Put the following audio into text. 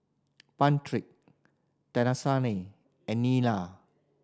Patric and Nyla